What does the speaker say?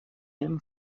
him